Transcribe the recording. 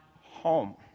home